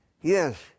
Yes